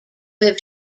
have